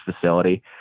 facility